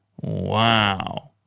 Wow